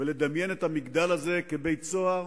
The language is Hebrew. ולדמיין את המגדל הזה כבית-סוהר